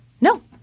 No